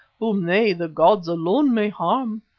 whom they, the gods, alone may harm.